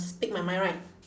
speak my mind right